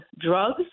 drugs